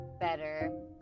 better